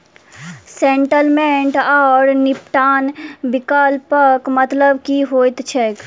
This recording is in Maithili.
सेटलमेंट आओर निपटान विकल्पक मतलब की होइत छैक?